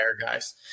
guys